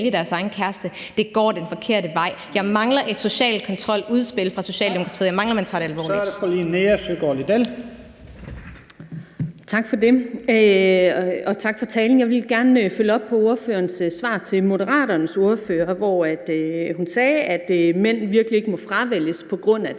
Tak for det, og tak for talen. Jeg vil gerne følge op på ordførerens svar til Moderaternes ordfører. Her sagde hun, at mænd virkelig ikke må fravælges på grund af deres